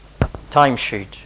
timesheet